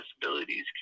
disabilities